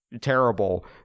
terrible